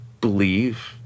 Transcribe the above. believe